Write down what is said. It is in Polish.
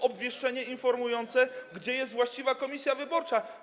obwieszczenie informujące, gdzie jest właściwa komisja wyborcza.